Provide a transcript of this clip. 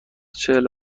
چهل